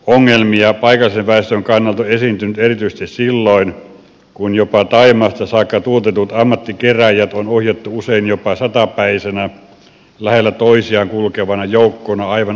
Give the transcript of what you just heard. ongelmia paikallisen väestön kannalta on esiintynyt erityisesti silloin kun jopa thaimaasta saakka tuotetut ammattikerääjät on ohjattu usein jopa satapäisenä lähellä toisiaan kulkevana joukkona aivan asumusten lähituntumaan